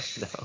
no